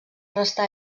restà